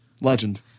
Legend